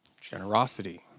Generosity